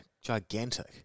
Gigantic